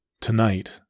Tonight